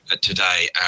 today